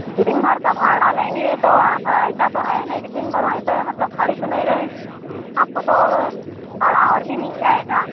दिनभर का भाड़ा लेंगे तो आप ऐसा तो है नही कि दिनभर वहीं पे मतलब खड़ी तो नहीं रहीं आपको तो भाड़ा और भी मिल जाएगा